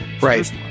Right